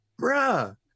bruh